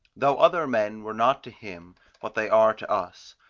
though other men were not to him what they are to us,